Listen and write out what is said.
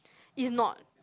it's not